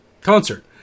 concert